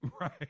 right